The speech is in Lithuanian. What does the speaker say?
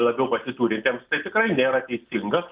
labiau pasiturintiems bet tikrai nėra teisinga